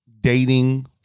dating